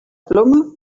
ploma